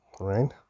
right